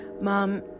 mom